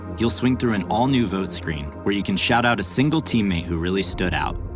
you'll swing through an all-new vote screen where you can shout-out a single teammate who really stood out.